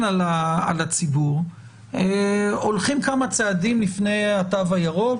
על הציבור הולכים כמה צעדים לפני התו הירוק,